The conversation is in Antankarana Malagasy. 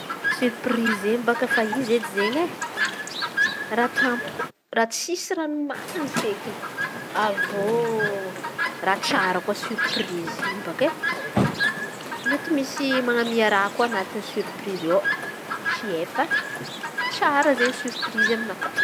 Sirprize eny mbaka efa izy edy eny e raha tampoko raha tsisy raha nomana feky. Avy eo misy raha tsara koa sirprise mety misy man̈amia raha koa anatiny sirprize ao tsy efa; tsara izen̈y sirprize aminakà.